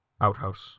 outhouse